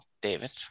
David